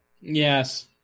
Yes